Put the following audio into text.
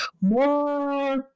more